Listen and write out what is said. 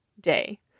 day